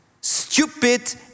stupid